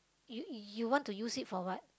you you want to use it for what